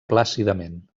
plàcidament